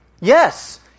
yes